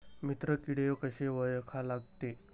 मित्र किडे कशे ओळखा लागते?